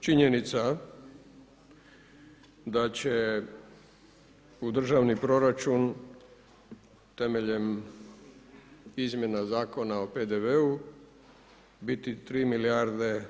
Činjenica da će u Državni proračun temeljem izmjena Zakona o PDV-u biti 3 milijarde,